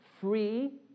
free